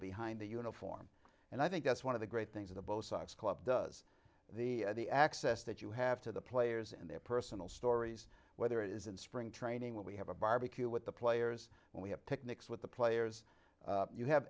behind the uniform and i think that's one of the great things of the bo sox club does the the access that you have to the players and their personal stories whether it is in spring training what we have a barbecue with the players we have picnics with the players you have